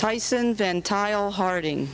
tyson then tile harding